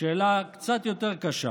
שאלה קצת יותר קשה